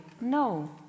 No